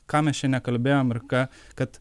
ką mes čia nekalbėjom ir ką kad